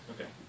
Okay